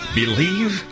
believe